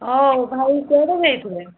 ହେଉ ଭାଇ କୁଆଡ଼େ ଯାଇଥିଲେ